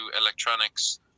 electronics